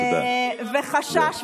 על הפקת הפריימריז שהיא עברה.